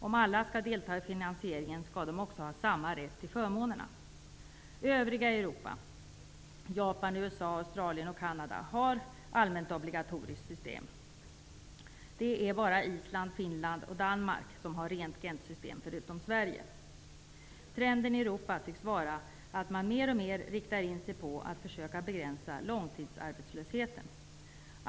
Om alla skall delta i finansieringen skall de också ha samma rätt till förmånerna. Canada har allmänt, obligatoriskt system. Det är bara Island, Finland och Danmark som förutom Sverige har Gentsystem. Trenden i Europa tycks vara att man mer och mer riktar in sig på att försöka begränsa långtidsarbetslösheten.